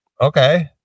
Okay